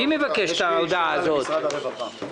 ההודעה אושרה.